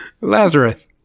Lazarus